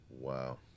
Wow